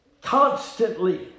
constantly